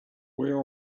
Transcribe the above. where